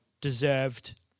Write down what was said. deserved